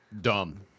Dumb